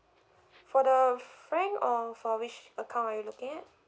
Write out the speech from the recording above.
for the frank or for which account are you looking at